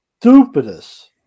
stupidest